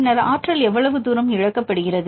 பின்னர் ஆற்றல் எவ்வளவு தூரம் இழக்கப்படுகிறது